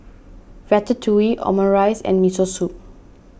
Ratatouille Omurice and Miso Soup